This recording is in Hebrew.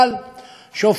שהופך למונופול.